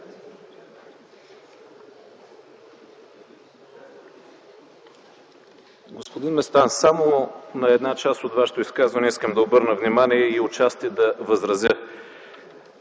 Господин Местан, само на една част от Вашето изказване искам да обърна внимание и отчасти да възразя.